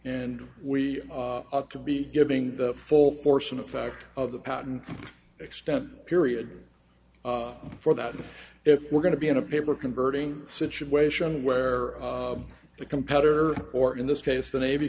and we ought to be giving the full force an effect of the patent extended period for that if we're going to be in a paper converting situation where the competitor or in this case the na